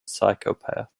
psychopath